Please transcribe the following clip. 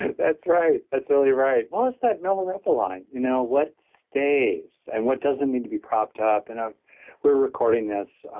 that's right. that's really right. well it's that milarepa line, you know what stays and what doesn't need to be propped up. and ah we're recording this,